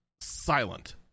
silent